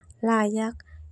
Hanyak.